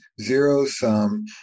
zero-sum